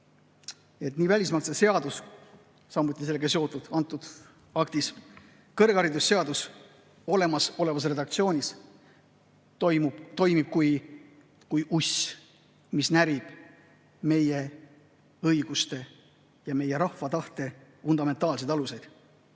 nii välismaalaste seadus, samuti sellega seotud antud akt, kõrgharidusseadus olemasolevas redaktsioonis, toimib kui uss, mis närib meie õiguste ja meie rahva tahte fundamentaalseid aluseid.